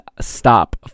stop